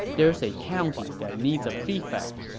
there's a county that needs a prefect.